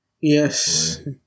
Yes